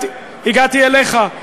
הגעתי אליך.